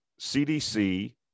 CDC